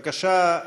בבקשה,